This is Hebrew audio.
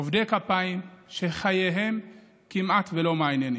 עובדי כפיים, כמעט ולא מעניינים.